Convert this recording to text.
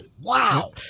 Wow